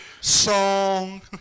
song